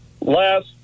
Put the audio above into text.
last